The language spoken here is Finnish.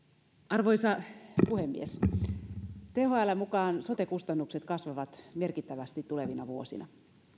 arvoisa puhemies thln mukaan sote kustannukset kasvavat merkittävästi tulevina vuosina